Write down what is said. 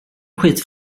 skit